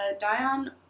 Dion